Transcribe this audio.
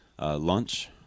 lunch